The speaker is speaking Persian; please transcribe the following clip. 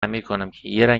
رنگ